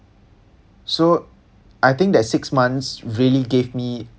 so I think that six months really gave me